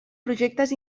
projectes